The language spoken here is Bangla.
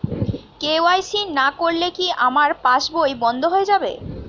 কে.ওয়াই.সি না করলে কি আমার পাশ বই বন্ধ হয়ে যাবে?